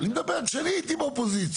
אני מדבר כשאני הייתי באופוזיציה,